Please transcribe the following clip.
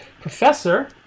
Professor